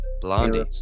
blondie